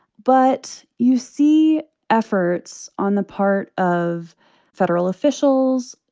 but you see efforts on the part of federal officials,